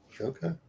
Okay